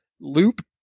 loop